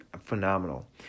phenomenal